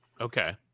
okay